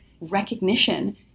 recognition